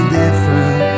different